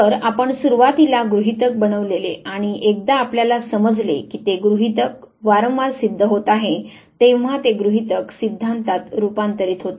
तर आपण सुरुवातीला गृहितक बनवलेले आणि एकदा आपल्याला समजले की ते गृहीतक वारंवार सिद्ध होत आहे तेंव्हा ते गृहीतक सिद्धांतात रूपांतरित होते